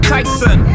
Tyson